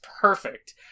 perfect